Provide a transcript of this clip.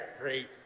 Great